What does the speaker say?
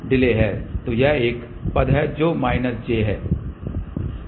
तो यह एक पद है जो माइनस j है